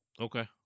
Okay